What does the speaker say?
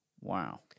Wow